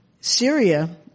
Syria